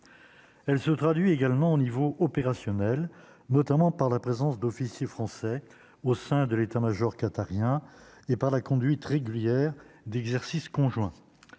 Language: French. elle se traduit également au niveau opérationnel, notamment par la présence d'officiers français au sein de l'État-Major qatarien et par la conduite régulière d'exercices conjoints,